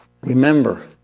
Remember